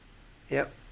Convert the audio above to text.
yup